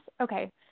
Okay